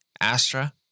Astra